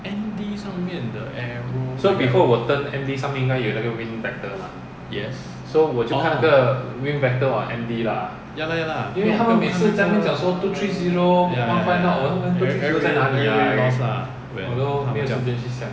N_D 上面的 arrow yes orh ya lah ya ya everybody everybody lost lah when 他们这样